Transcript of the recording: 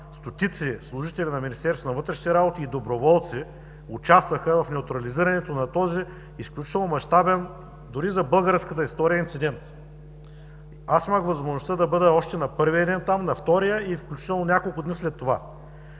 стотици служители на Министерството на вътрешните работи и доброволци участваха в неутрализирането на този изключително мащабен, дори за българската история, инцидент. Аз имах възможността да бъда там още на първия ден, на втория, включително и няколко дни след това.